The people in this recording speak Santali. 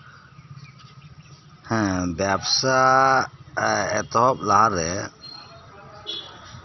ᱦᱮᱸ ᱵᱮᱵᱥᱟ ᱮᱛᱚᱦᱚᱵ ᱞᱟᱦᱟ ᱨᱮ